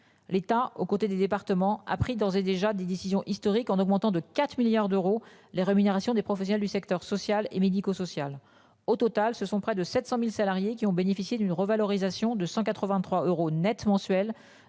L'État aux côtés des départements a pris, d'ores et déjà des décisions historiques en augmentant de 4 milliards d'euros. Les rémunérations des professionnels du secteur social et médico-social. Au total ce sont près de 700.000 salariés qui ont bénéficié d'une revalorisation de 183 euros Net mensuels